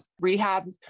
rehab